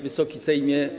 Wysoki Sejmie!